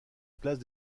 place